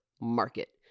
market